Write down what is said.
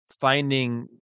finding